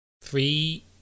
three